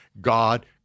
God